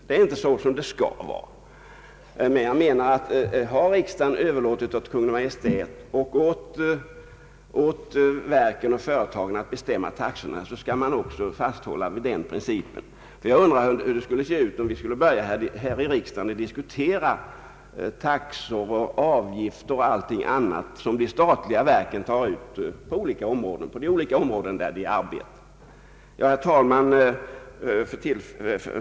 Jag anser att när nu riksdagen har överlåtit åt Kungl. Maj:t och åt verken och företagen att bestämma taxorna, så skall vi också hålla fast vid den principen. Jag undrar hur det skulle se ut, om vi här i riksdagen skulle börja diskutera och påverka de taxor och avgifter som de statliga verken tar ut på de områden där de arbetar. Herr talman!